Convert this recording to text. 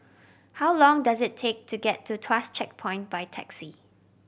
how long does it take to get to Tuas Checkpoint by taxi